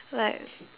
like